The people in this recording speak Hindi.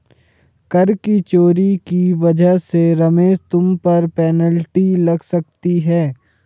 कर की चोरी की वजह से रमेश तुम पर पेनल्टी लग सकती है